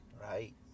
Right